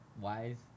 wise